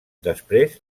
després